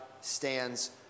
stands